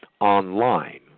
online